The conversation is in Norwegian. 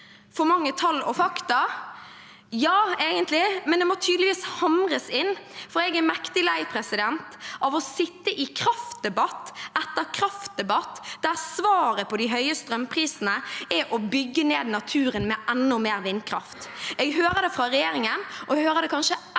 For mange tall og fakta? Ja, egentlig, men det må tydeligvis hamres inn, for jeg er mektig lei av å sitte i kraftdebatt etter kraftdebatt der svaret på de høye strømprisene er å bygge ned naturen med enda mer vindkraft. Jeg hører det fra regjeringen, og jeg hører det kanskje